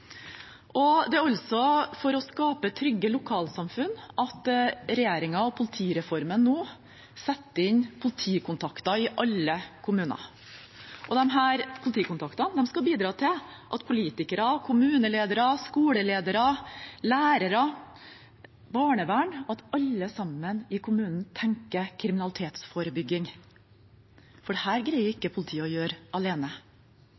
Det er altså for å skape trygge lokalsamfunn at regjeringen med politireformen nå setter inn politikontakter i alle kommuner. Disse politikontaktene skal bidra til at politikere, kommuneledere, skoleledere, lærere, barnevern – at alle sammen i kommunen tenker kriminalitetsforebygging. For dette greier ikke politiet å gjøre alene.